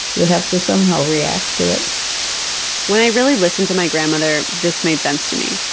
you have to somehow react to it when i really listened to my grandmother, this made sense to me.